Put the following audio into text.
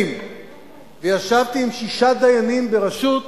דיינים וישבתי עם שישה דיינים בראשות